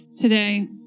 Today